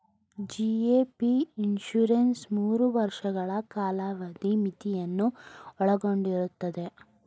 GAP insurance ಮೂರು ವರ್ಷಗಳ ಕಾಲಾವಧಿ ಮಿತಿಯನ್ನು ಒಳಗೊಂಡಿರುತ್ತದೆ